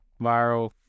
viral